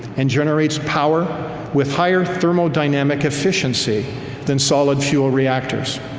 and generates power with higher thermodynamic efficiency than solid fuel reactors.